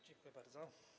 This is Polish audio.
Dziękuję bardzo.